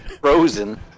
frozen